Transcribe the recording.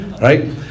Right